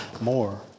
more